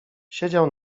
siedział